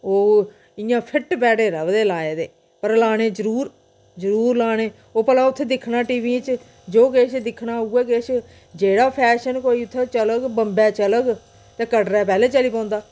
ओह् इ'यां फिट पेड़े लगदे लाए दे पर लाने जरूर जरूर लाने ओह् भला उत्थें दिक्खना टी वी च जो किश दिक्खना उ'यै किश जेह्ड़ा फैशन कोई उत्थें चलग बम्बै चलग ते कटरै पैह्ले चली पौंदा